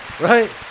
Right